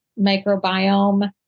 microbiome